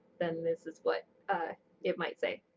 then this is what it might say.